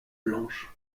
blanche